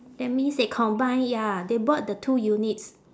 that means they combine ya they bought the two units